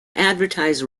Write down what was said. advertise